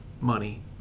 money